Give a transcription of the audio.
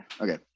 okay